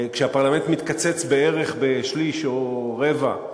כשהפרלמנט מתקצץ בערך בשליש או רבע,